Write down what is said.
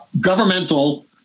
governmental